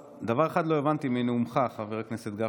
דבר אחד לא הבנתי מנאומך, חבר הכנסת גפני.